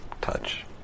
touch